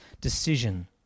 decision